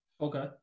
Okay